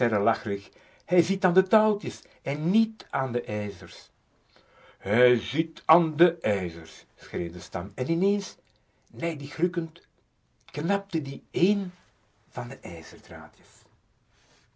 hij zit an de touwetjes en niet an de ijzers hij zit an de ijzers schreeuwde sam en ineens nijdig rukkend knapte die één van de